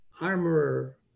armorer